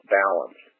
balance